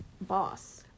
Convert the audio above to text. boss